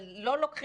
זאת אומרת,